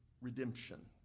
redemption